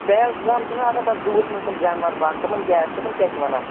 پہلگامہٕ چھِنا آسان تَتھ زوٗوس منٛز تِم جاناوار بند تِمن کیاہ تِمن کیاہ چھِ وَنان